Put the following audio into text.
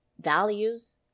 values